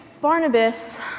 Barnabas